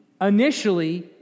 initially